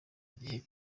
igihe